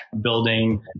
building